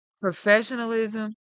Professionalism